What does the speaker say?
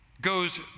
goes